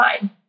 fine